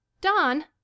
Don